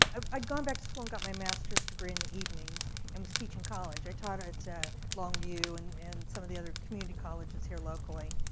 ah i'd gone back to school and got my master's degree in the evenings and was teaching college. i taught ah at longview and and some of the other community colleges here locally.